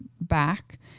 back